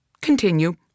continue